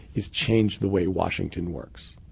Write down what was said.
is change the way washington works.